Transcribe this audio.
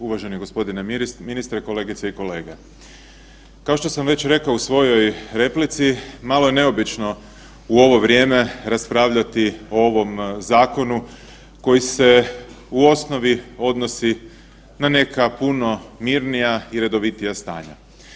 Uvaženi gospodine ministre, kolegice i kolege, kao što sam već rekao u svojoj replici malo je neobično u ovo vrijeme raspravljati o ovom zakonu koji se u osnovi odnosi na neka puno mirnija i redovitija stanja.